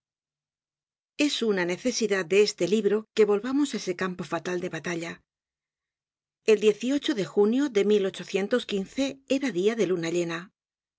es una necesidad de este libro que volvamos á ese campo fatal de batalla el de junio de era dia de luna llena